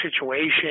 situation